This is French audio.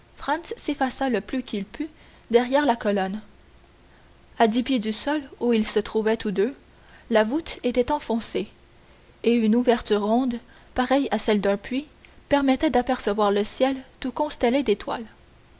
s'effaça le plus qu'il put derrière la colonne à dix pieds du sol où ils se trouvaient tous deux la voûte était enfoncée et une ouverture ronde pareille à celle d'un puits permettait d'apercevoir le ciel tout constellé d'étoiles